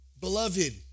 Beloved